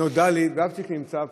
בבצ'יק נמצא פה,